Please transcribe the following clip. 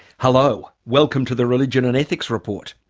hello, welcome to the religion and ethics report.